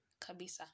kabisa